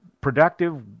productive